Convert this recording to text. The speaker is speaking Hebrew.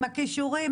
עם הכישורים,